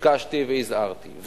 ביקשתי והזהרתי,